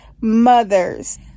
mothers